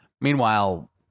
Meanwhile